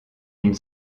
une